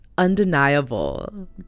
undeniable